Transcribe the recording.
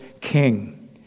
king